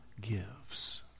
gives